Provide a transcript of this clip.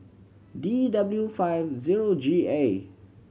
D W five zero G A